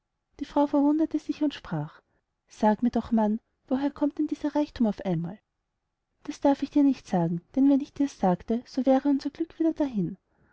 die frau verwunderte sich und sprach sag mir doch mann woher kommt denn dieser reichthum auf einmal das darf ich dir nicht sagen denn wenn ich dirs sagte so wäre unser glück wieder dahin